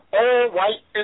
all-white